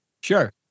Sure